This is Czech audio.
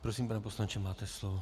Prosím, pane poslanče, máte slovo.